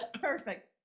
Perfect